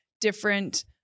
different